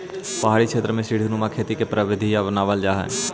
पहाड़ी क्षेत्रों में सीडी नुमा खेती की प्रविधि अपनावाल जा हई